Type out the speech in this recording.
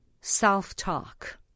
self-talk